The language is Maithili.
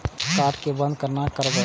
कार्ड के बन्द केना करब?